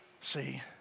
See